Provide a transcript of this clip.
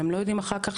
והם לא יודעים אחר כך